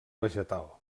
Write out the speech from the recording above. vegetal